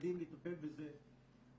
לילדים לטפל בזה.